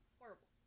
horrible